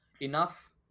enough